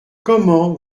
comment